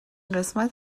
قسمت